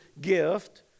gift